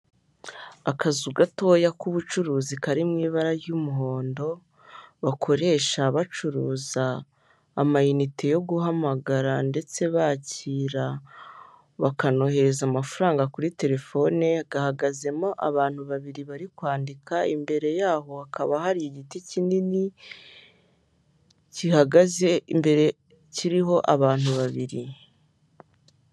Akazu gatoya k'ubucuruzi kari mu ibara ry'umuhondo bakoresha bacuruza amayinite yo guhamagara ndetse bakira bakanohereza amafaranga kuri telefone, gahagazemo abantu babiri bari kwandika imbere yabo hakaba hari igiti kinini, gihagaze imbere, kiriho abantu babiri.